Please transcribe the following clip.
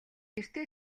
тэртээ